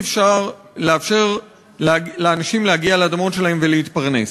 אי-אפשר לאפשר לאנשים להגיע לאדמות שלהם ולהתפרנס.